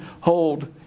hold